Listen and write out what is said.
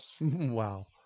Wow